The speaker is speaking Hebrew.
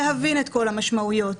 להבין את כל המשמעויות?